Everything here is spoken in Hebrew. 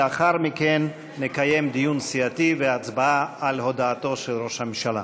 לאחר מכן נקיים דיון סיעתי והצבעה על הודעתו של ראש הממשלה.